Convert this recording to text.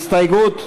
הסתייגות 1,